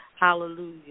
Hallelujah